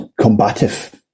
combative